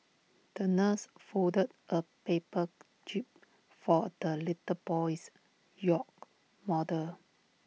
the nurse folded A paper jib for the little boy's yacht model